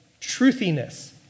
truthiness